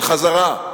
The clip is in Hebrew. של חזרה.